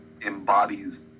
embodies